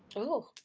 oh,